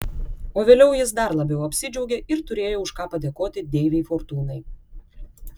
o vėliau jis dar labiau apsidžiaugė ir turėjo už ką padėkoti deivei fortūnai